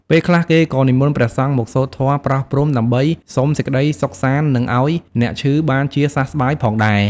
ពេលខ្លះ គេក៏និមន្តព្រះសង្ឃមកសូត្រធម៌ប្រោសព្រំ ដើម្បីសុំសេចក្ដីសុខសាន្ត និងឱ្យអ្នកឈឺបានជាសះស្បើយផងដែរ។